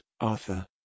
Arthur